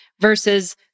versus